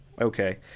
okay